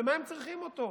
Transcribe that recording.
למה הם צריכים אותו?